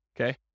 okay